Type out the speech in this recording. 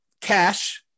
Cash